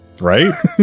Right